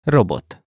Robot